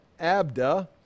Abda